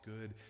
good